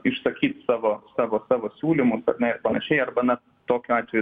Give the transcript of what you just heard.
išsakyt savo savo savo siūlymus ar ne ir panašiai arba na tokiu atveju